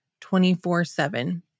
24-7